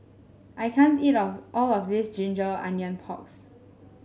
I can't eat of all of this ginger onion porks